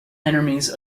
enemies